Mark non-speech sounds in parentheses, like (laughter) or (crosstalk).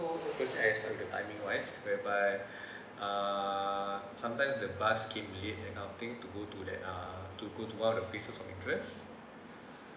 so the question I has about the timing vice whereby (breath) uh sometime the bus came late accounting to go to that uh to go all the places of interest